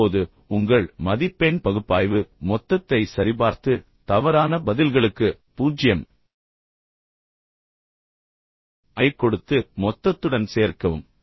இப்போது உங்கள் மதிப்பெண் பகுப்பாய்வு மொத்தத்தை சரிபார்த்து தவறான பதில்களுக்கு 0 ஐக் கொடுத்து மொத்தத்துடன் சேர்க்கவும்